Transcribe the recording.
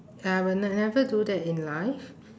I will ne~ never do that in life